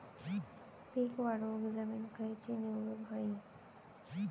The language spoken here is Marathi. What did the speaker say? पीक वाढवूक जमीन खैची निवडुक हवी?